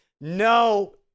no